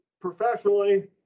professionally